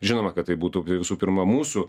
žinoma kad tai būtų visų pirma mūsų